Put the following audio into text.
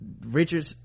richard